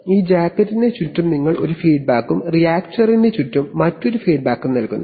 ഈ ജാക്കറ്റിന് ചുറ്റും ഞങ്ങൾ ഒരു ഫീഡ്ബാക്കും റിയാക്ടറിന് ചുറ്റും മറ്റൊരു ഫീഡ്ബാക്കും നൽകുന്നു